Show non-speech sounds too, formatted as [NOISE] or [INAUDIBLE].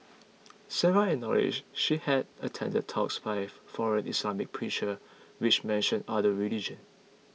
Sarah acknowledge she had attended talks by [NOISE] foreign Islamic preacher which mentioned other religion